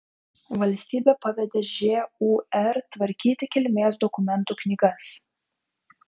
valstybė pavedė žūr tvarkyti kilmės dokumentų knygas